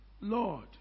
Lord